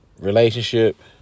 relationship